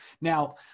Now